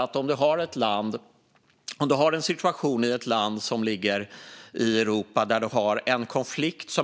Jag menar bara att om vi har en situation i ett land som ligger i Europa där det finns en isolerad konflikt